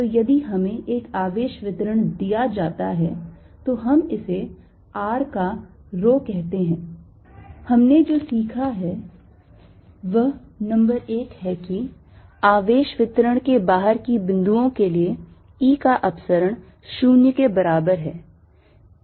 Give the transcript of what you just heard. तो यदि हमें एक आवेश वितरण दिया जाता है तो हम इसे r का rho कहते हैं हमने जो सीखा है वह नंबर 1 है कि आवेश वितरण के बाहर की बिंदुओं के लिए E का अपसरण 0 के बराबर है